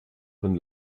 von